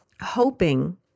hoping